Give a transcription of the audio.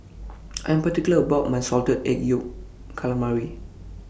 I Am particular about My Salted Egg Yolk Calamari